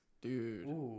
Dude